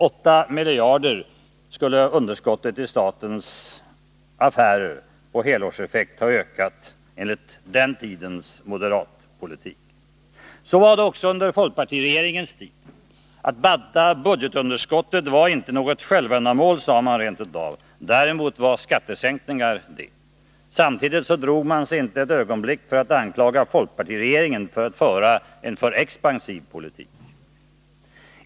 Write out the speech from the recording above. Åtta miljarder skulle underskottet i statens affärer i helårseffekt ha ökat enligt den tidens moderatpolitik. Så var det också under folkpartiregeringens tid. Att banta budgetunderskottet var inte något självändamål, sade man rent av. Däremot var skattesänkningar det. Samtidigt drog man sig inte ett ögonblick för att anklaga folkpartiregeringen för att den förde en alltför expansiv politik.